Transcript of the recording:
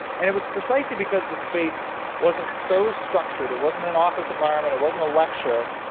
and it was precisely because the space wasn't so structured it wasn't an office environment, it wasn't a lecture,